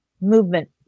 Movement